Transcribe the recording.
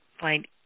find